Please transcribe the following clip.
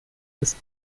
ist